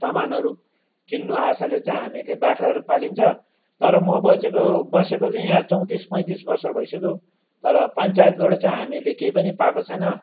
सामानहरू किन्नु आशाले चाहिँ हामीहरूले बाख्राहरू पालिन्छ तर म बसेको बसेकोचाहिँ या चौतिस पैँतिस वर्ष भइसक्यो तर पञ्चायतबाट चाहिँ हामीले केही पनि पाएको छैन